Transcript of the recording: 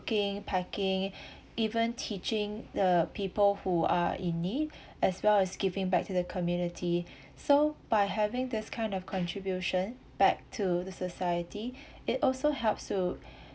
cooking packing even teaching the people who are in need as well as giving back to the community so by having this kind of contribution back to the society it also helps to